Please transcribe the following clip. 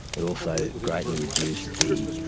it also greatly reduced the